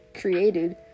created